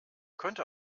könnte